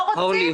לא רוצים?